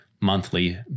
monthly